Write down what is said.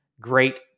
great